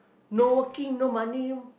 no working no money